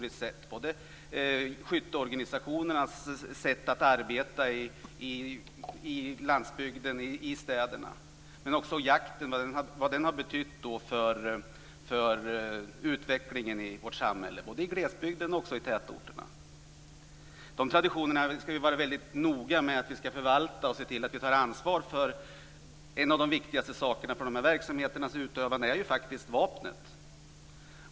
Skytteorganisationernas sätt att arbeta på landsbygden och i städerna har betytt mycket historiskt sett. Också jakten har betytt mycket för utvecklingen i vårt samhälle - både i glesbygden och i tätorterna. De traditionerna ska vi vara väldigt noga med att förvalta, och vi ska se till att vi tar ansvar. En av de viktigaste sakerna för dessa verksamheters utövande är faktiskt vapnet.